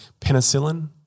penicillin